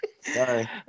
Sorry